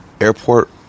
airport